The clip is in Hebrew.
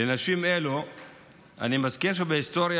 לאנשים אלה אני מזכיר שמההיסטוריה